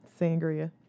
sangria